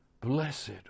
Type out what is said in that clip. Blessed